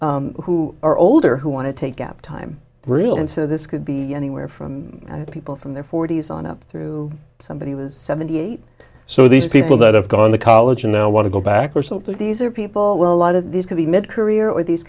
who are older who want to take gap time really and so this could be anywhere from people from their forty's on up through somebody was seventy eight so these people that have gone to college and now want to go back are sort of these are people well a lot of these